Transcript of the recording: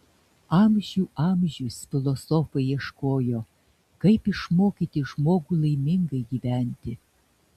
amžių amžius filosofai ieškojo kaip išmokyti žmogų laimingai gyventi